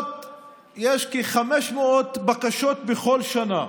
יש כ-500 בקשות לפחות בכל שנה